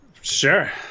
Sure